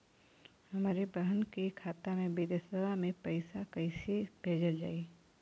हमरे बहन के खाता मे विदेशवा मे पैसा कई से भेजल जाई?